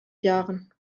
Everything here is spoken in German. jahren